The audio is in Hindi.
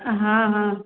हाँ हाँ